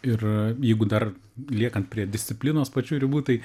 ir jeigu dar liekant prie disciplinos pačių ribų tai